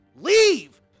Leave